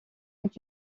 est